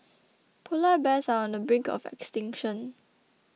Polar Bears are on the brink of extinction